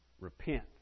Repent